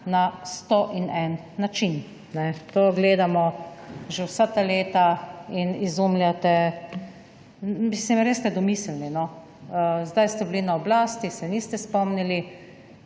na sto in en način. To gledamo že vsa ta leta in izumljate, mislim, res ste domiselni. Zdaj ste bili na oblasti, se niste spomnili